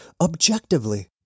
objectively